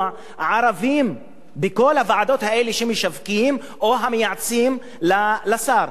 ערבים בכל הוועדות האלה שמשווקות או מייעצות לשר.